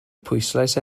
pwyslais